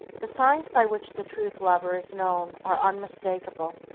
the signs by which the truth-lover is known are unmistakable.